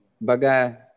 baga